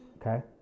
Okay